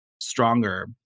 stronger